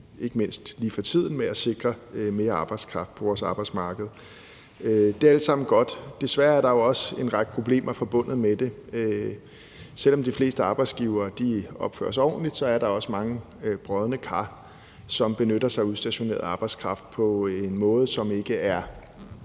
ikke mindst lige for tiden – med at sikre mere arbejdskraft på vores arbejdsmarked. Det er alt sammen godt. Desværre er der jo også en række problemer forbundet med det. Selv om de fleste arbejdsgivere opfører sig ordentligt, er der også mange brodne kar, som benytter sig af udstationeret arbejdskraft på en måde, som ikke er